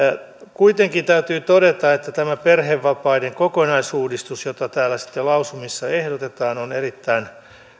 kuitenkin täytyy todeta että tämä perhevapaiden kokonaisuudistus jota täällä lausumissa ehdotetaan on erittäin